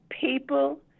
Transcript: people